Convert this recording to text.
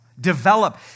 develop